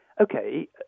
okay